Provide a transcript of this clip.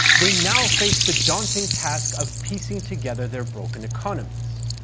they now faced the daunting task of piecing together their broken economies.